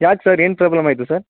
ಯಾಕೆ ಸರ್ ಏನು ಪ್ರಾಬ್ಲಮ್ ಆಯಿತು ಸರ್